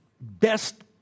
best